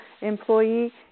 employee